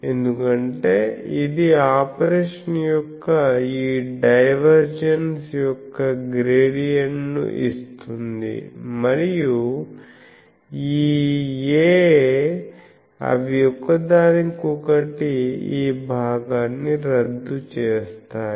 ఎందుకంటే ఇది ఆపరేషన్ యొక్క ఈ డైవర్జెన్స్ యొక్క గ్రేడియంట్ ను ఇస్తుంది మరియు ఈ A అవి ఒకదానికొకటి ఈ భాగాన్ని రద్దు చేస్తాయి